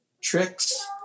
tricks